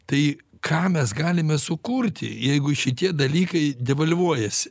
tai ką mes galime sukurti jeigu šitie dalykai devalvuojasi